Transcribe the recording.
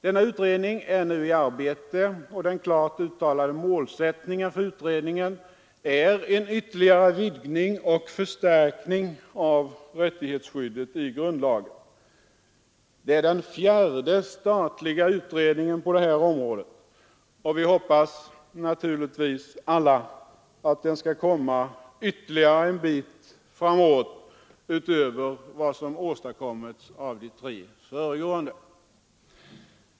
Denna utredning är nu i arbete, och den klart uttalade målsättningen för utredningen är en ytterligare vidgning och förstärkning av rättighetsskyddet i grundlagen. Det är den fjärde statliga utredningen på det här området, och vi hoppas naturligtvis alla att den skall komma ytterligare en bit framåt, utöver vad som åstadkommits av de tre föregående.